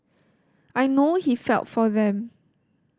I know he felt for them